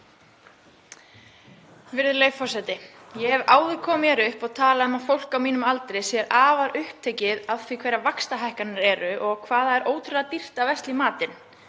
Virðulegi forseti. Ég hef áður kom hér upp og talað um að fólk á mínum aldri sé afar upptekið af því hverjar vaxtahækkanirnar eru og hvað það er ótrúlega dýrt að versla í matinn.